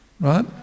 right